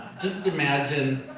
just imagine,